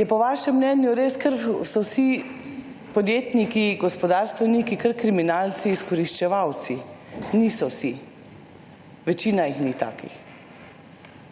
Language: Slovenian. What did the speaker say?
Je po vašem mnenju res, kar so vsi podjetniki, gospodarstveniki kar kriminalci, izkoriščevalci? Niso vsi, večina jih ni takih.